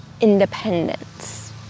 independence